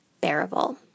bearable